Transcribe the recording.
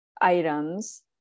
items